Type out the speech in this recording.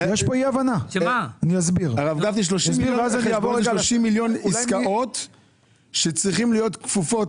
30 מיליון עסקאות צריכות להיות כפופות,